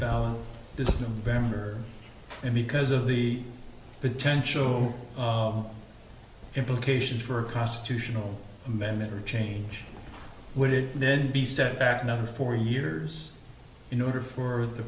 ballot this november and because of the potential implications for a constitutional amendment or a change would it then be set back another four years in order for the